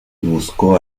buscó